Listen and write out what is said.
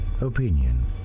opinion